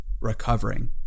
recovering